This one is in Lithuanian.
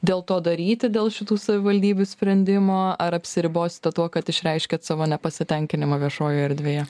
dėl to daryti dėl šitų savivaldybių sprendimo ar apsiribosite tuo kad išreiškėt savo nepasitenkinimą viešojoj erdvėje